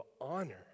honor